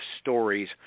stories